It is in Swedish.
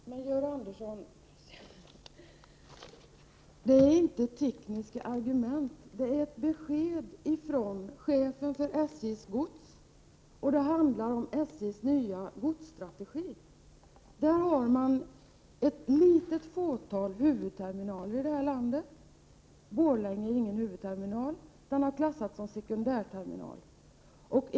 Herr talman! Georg Andersson, det är inte fråga om tekniska argument, det är besked från chefen för SJ:s gods som handlar om SJ:s nya godsstrategi. Den innebär ett litet fåtal huvudterminaler i landet. Borlänge är ingen huvudterminal, utan den har klassats som sekundärterminal.